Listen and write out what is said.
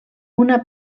una